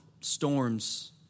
storms